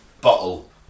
bottle